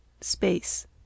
space